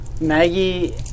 Maggie